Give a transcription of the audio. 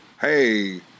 hey